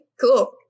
cool